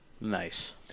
Nice